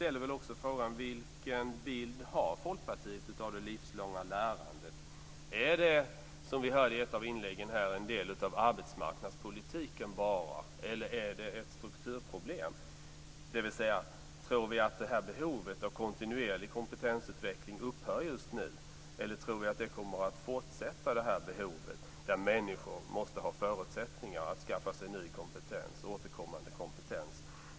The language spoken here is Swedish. Vilken bild har Folkpartiet av det livslånga lärandet? Är det en del av arbetsmarknadspolitiken, som vi hörde i ett av inläggen, eller är det ett strukturproblem? Tror vi att behovet av kontinuerlig kompetensutveckling upphör just nu, eller tror vi att behovet kommer att fortsätta, där människor måste ha förutsättningar att skaffa sig ny och återkommande kompetens?